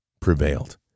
prevailed